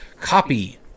copy